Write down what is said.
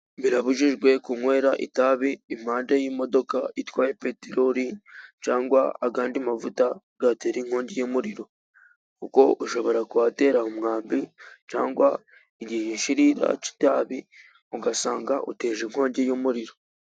Birabujijwe kunywera itabi impande y'imodoka itwaye peterori， cyangwa ayandi mavuta yatera inkongi y'umuriro， kuko ushobora kuhatera umwambi cyangwa igishirira cy'itabi， ugasanga uteje inkongi y'umuriro.